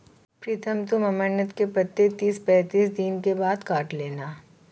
प्रीतम तुम अमरनाथ के पत्ते तीस पैंतीस दिन के बाद काट लेना